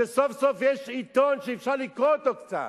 שסוף-סוף יש עיתון שאפשר לקרוא אותו קצת,